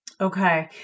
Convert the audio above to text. Okay